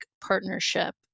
partnership